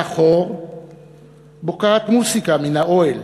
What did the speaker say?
מאחור בוקעת מוזיקה מן האוהל,